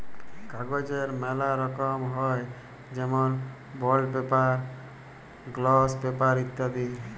কাগজের ম্যালা রকম হ্যয় যেমল বন্ড পেপার, গ্লস পেপার ইত্যাদি